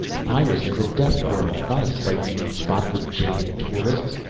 pyrrus is a death world, not a sightseeing spot for jaded tourists.